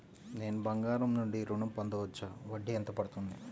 నేను బంగారం నుండి ఋణం పొందవచ్చా? వడ్డీ ఎంత పడుతుంది?